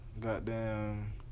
goddamn